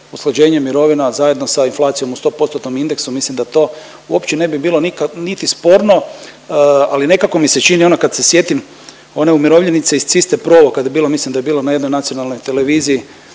usklađenje mirovina zajedno sa inflacijom u sto postotnom indeksu, mislim da to uopće ne bi bilo niti sporno. Ali nekako mi se čini ono kad se sjetim one umirovljenice iz Ciste Provo kad je bilo mislim da je bilo na jednoj nacionalnoj televiziji,